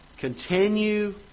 continue